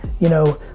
you know,